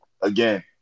Again